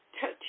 Touch